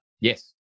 Yes